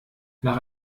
nach